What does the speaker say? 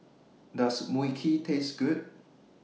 Does Mui Kee Taste Good